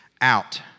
out